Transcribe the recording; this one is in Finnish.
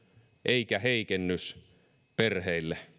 eikä heikennys perheille